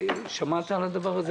שמעת על הדבר הזה?